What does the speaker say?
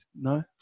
No